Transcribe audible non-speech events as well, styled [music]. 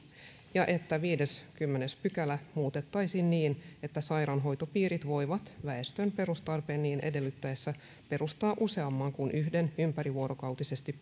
ja että viideskymmenes pykälä muutettaisiin niin että sairaanhoitopiirit voivat väestön perustarpeen niin edellyttäessä perustaa useamman kuin yhden ympärivuorokautisesti [unintelligible]